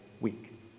week